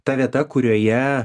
ta vieta kurioje